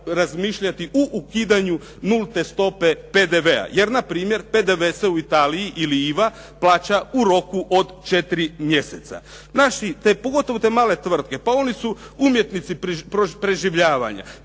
razmišljati o ukidanju nulte stope PDV-a jer na primjer PDV se u Italiji ili IVA plaća u roku od 4 mjeseca. Pogotovo te male tvrtke, pa oni su umjetnici preživljavanja.